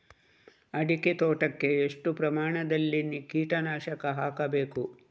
ಅಡಿಕೆ ತೋಟಕ್ಕೆ ಎಷ್ಟು ಪ್ರಮಾಣದಲ್ಲಿ ಕೀಟನಾಶಕ ಹಾಕಬೇಕು?